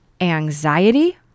anxiety